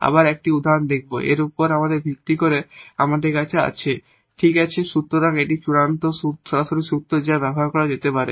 আবার একটি উদাহরণ দেখব এর উপর ভিত্তি করে আমাদের আছে ঠিক আছে সুতরাং এটিই চূড়ান্ত সরাসরি সূত্র যা ব্যবহার করা যেতে পারে